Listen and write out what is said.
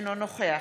אינו נוכח